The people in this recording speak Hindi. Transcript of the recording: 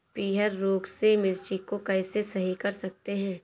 पीहर रोग से मिर्ची को कैसे सही कर सकते हैं?